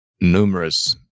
numerous